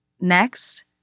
Next